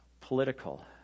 political